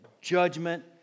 judgment